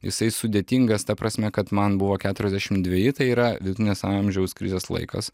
jisai sudėtingas ta prasme kad man buvo keturiasdešim dveji tai yra vidutinės amžiaus krizės laikas